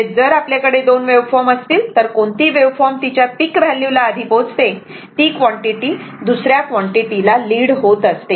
म्हणजेच जर आपल्याकडे 2 वेव्हफॉर्म असतील तर कोणती वेव्हफॉर्म तिच्या पिक व्हॅल्यूला आधी पोहोचते ती क्वांटिटी दुसऱ्या क्वांटिटीला लीड होत असते